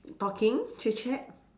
talking chit chat